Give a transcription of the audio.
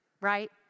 right